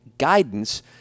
guidance